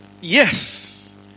Yes